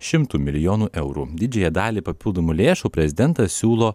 šimtu milijonų eurų didžiąją dalį papildomų lėšų prezidentas siūlo